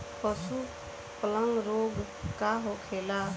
पशु प्लग रोग का होखेला?